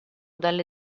dalle